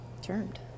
termed